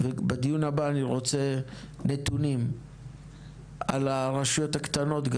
בדיון הבא אני רוצה נתונים מדויקים על הרשויות הקטנות,